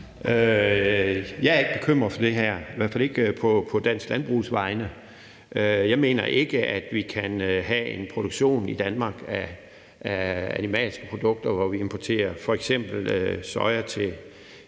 Jeg er ikke bekymret for det her, i hvert fald ikke på dansk landbrugs vegne. Jeg mener ikke, at vi i Danmark kan acceptere, at vi har animalske produkter, hvor vi importerer f.eks. soja til